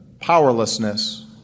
powerlessness